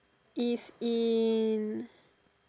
is in